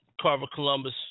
Carver-Columbus